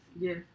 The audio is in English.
Yes